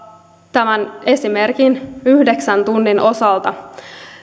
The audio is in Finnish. tämän esimerkin yhdeksän tunnin osalta